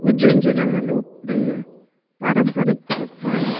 उज्जैन ज़िले में लोकप्रिय पारंपरिक पकवान